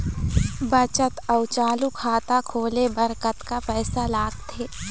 बचत अऊ चालू खाता खोले बर कतका पैसा लगथे?